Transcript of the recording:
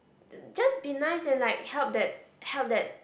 just be nice and like help that help that